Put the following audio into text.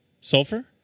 Sulfur